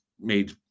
Made